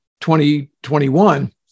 2021